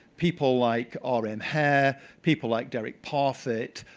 people like orrin hare, people like derrick porfit,